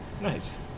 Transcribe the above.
Nice